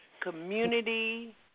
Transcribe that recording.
Community